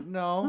no